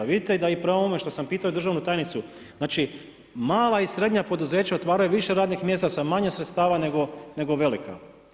Vidite da i prema ovome što sam pitao i državnu tajnicu, znači mala i srednja poduzeća otvaraju više radnih mjesta sa manje sredstava nego velika.